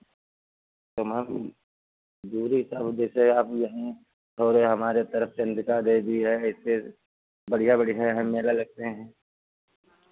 तो मैम दूरी सब जैसे आप यहाँ और ये हमारे तरफ़ चन्द्रिका देवी है इससे बढ़ियाँ बढ़ियाँ यहाँ मेला लगते हैं